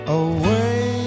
away